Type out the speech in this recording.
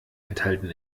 enthalten